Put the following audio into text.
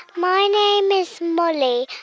my name is molly.